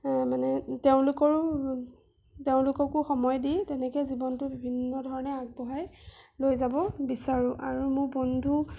মানে তেওঁলোকৰো তেওঁলোককো সময় দি তেনেকৈ জীৱনটো বিভিন্নধৰণে আগবঢ়াই লৈ যাব বিচাৰোঁ আৰু মোৰ বন্ধু